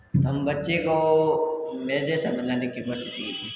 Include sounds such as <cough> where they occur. हम बच्चे को मेरे जैसा बनाने की <unintelligible>